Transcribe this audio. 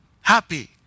happy